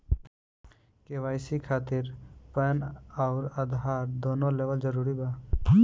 KYC खातिर PAN आउर आधार दुनों देवल जरूरी बा?